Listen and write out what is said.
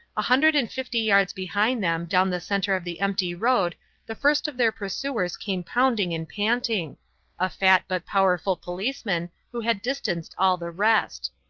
a hundred and fifty yards behind them down the centre of the empty road the first of their pursuers came pounding and panting a fat but powerful policeman who had distanced all the rest.